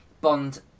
Bond